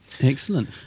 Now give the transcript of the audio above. Excellent